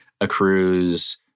accrues